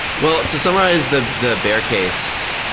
well, to summarize the the bear case,